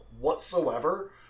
whatsoever